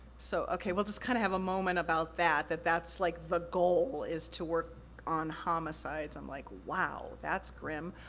so, okay, we'll just kinda have a moment about that, that that's like the goal, is to work on homicides. i'm like, wow, that's grim.